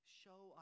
show